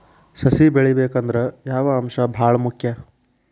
ಸಸಿ ಬೆಳಿಬೇಕಂದ್ರ ಯಾವ ಅಂಶ ಭಾಳ ಮುಖ್ಯ?